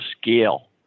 scale